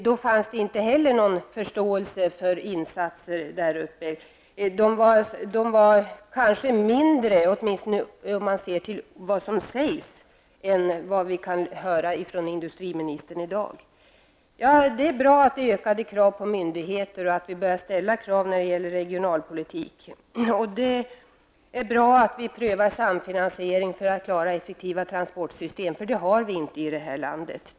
Då fanns det inte heller någon förståelse för insatser i Västernorrland. Insatserna var kanske mindre än vad industriministern ger uttryck för i dag. Det är bra att det ställs ökade krav på myndigheter och att det börjar ställas krav på regionalpolitik. Och det är bra att vi prövar samfinansiering för att åstadkomma effektiva transportsystem, eftersom vi inte har det i det här landet.